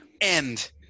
End